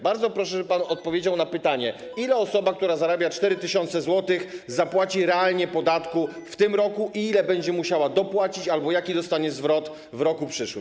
Bardzo proszę, żeby pan odpowiedział na pytanie, ile osoba, która zarabia 4 tys. zł, zapłaci realnie podatku w tym roku i ile będzie musiała dopłacić albo jaki dostanie zwrot w roku przyszłym.